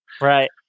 Right